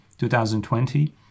2020